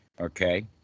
Okay